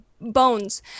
bones